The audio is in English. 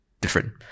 different